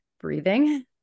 breathing